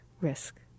risk